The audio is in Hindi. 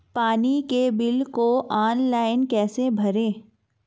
पानी के बिल को ऑनलाइन कैसे भरें?